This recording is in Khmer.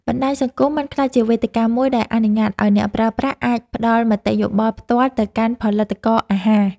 បណ្តាញសង្គមបានក្លាយជាវេទិកាមួយដែលអនុញ្ញាតឱ្យអ្នកប្រើប្រាស់អាចផ្តល់មតិយោបល់ផ្ទាល់ទៅកាន់ផលិតករអាហារ។